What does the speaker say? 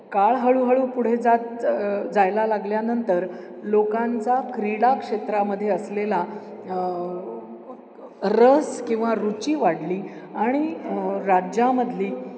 काळ हळूहळू पुढे जात च जायला लागल्यानंतर लोकांचा क्रीडा क्षेत्रामध्ये असलेला रस किंवा रुची वाढली आणि राज्यामधली